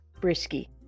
Brisky